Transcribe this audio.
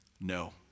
No